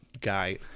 guy